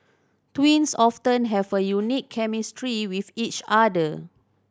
twins often have a unique chemistry with each other